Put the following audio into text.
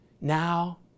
Now